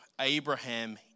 Abraham